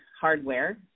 hardware